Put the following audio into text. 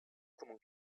comment